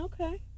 Okay